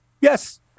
Yes